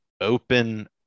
open